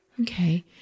Okay